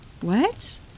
What